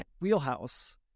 wheelhouse